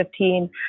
2015